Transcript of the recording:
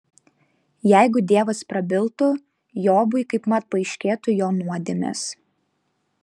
jeigu dievas prabiltų jobui kaipmat paaiškėtų jo nuodėmės